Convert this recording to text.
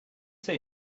say